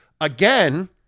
again